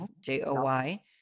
J-O-Y